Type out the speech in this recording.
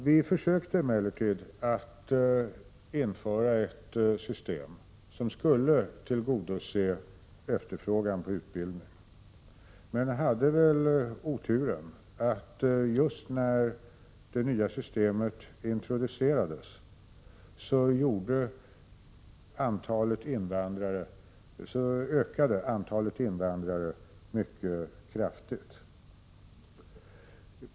Vi försökte således att införa ett system som skulle tillgodose efterfrågan på utbildning, men oturligt nog ökade antalet invandrare mycket kraftigt just när det nya systemet introducerades.